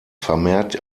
vermehrt